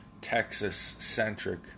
Texas-centric